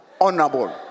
Honorable